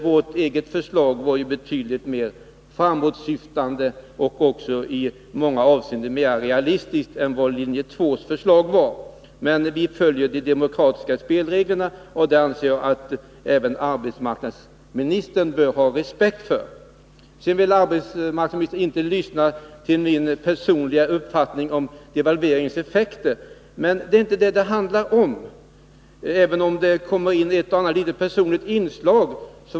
Vårt eget förslag var betydligt mer framåtsyftande och i många avseenden också mera realistiskt än linje 2-s, men vi följer de demokratiska spelreglerna, och det anser jag att även arbetsmarknadsministern bör ha respekt för. Arbetsmarknadsministern vill inte lyssna till min personliga uppfattning om devalveringens effekter. Men det handlar inte om det, även om ett och annat personligt inslag kan förekomma i sammanhanget.